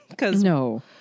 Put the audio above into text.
No